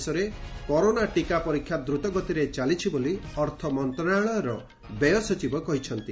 ଦେଶରେ କରୋନା ଟୀକା ପରୀକ୍ଷା ଦ୍ରତଗତିରେ ଚାଲିଛି ବୋଲି ଅର୍ଥମନ୍ତ୍ରଣାଳୟର ବ୍ୟୟ ସଚିବ କହିଛନ୍ତି